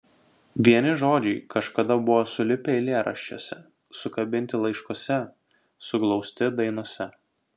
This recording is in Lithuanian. vieni žodžiai kažkada buvo sulipę eilėraščiuose sukabinti laiškuose suglausti dainose